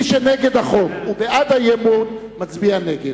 ומי שנגד החוק ובעד האי-אמון, מצביע נגד.